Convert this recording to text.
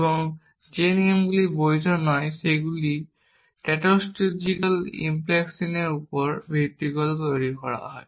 এবং যে নিয়মগুলি বৈধ নয় সেগুলি ট্যান্টোলজিক্যাল ইমপ্লিকেশনের উপর ভিত্তি করে তৈরি হয়